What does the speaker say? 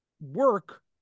work